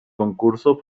concurso